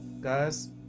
guys